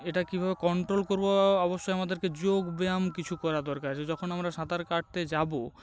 এটা কীভাবে কন্টোল করব অবশ্যই আমাদেরকে যোগ ব্যায়াম কিছু করা দরকার আছে যখন আমরা সাঁতার কাটতে যাব